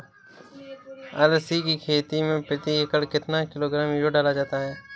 अलसी की खेती में प्रति एकड़ कितना किलोग्राम यूरिया डाला जाता है?